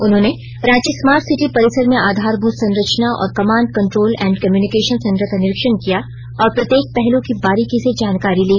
उन्होंने Ranchi smart city परिसर में आधारभूत संरचना और command control and communication centre का निरीक्षण किया और प्रत्येक पहलू की बारीकी से जानकारी ली